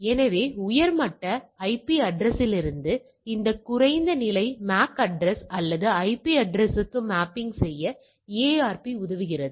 எனவே உயர் மட்ட ஐபி அட்ரஸ்லிருந்து இந்த குறைந்த நிலை MAC அட்ரஸ் அல்லது ஐபி அட்ரஸ்க்கு மேப்பிங் செய்ய ARP உதவுகிறது